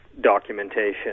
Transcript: documentation